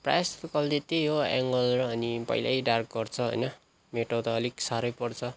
प्रायः जस्तो त त्यही हो एङ्गल र अनि पहिलै डार्क गर्छ होइन मेट्टाउँदा अलिक साह्रै पर्छ